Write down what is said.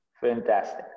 Fantastic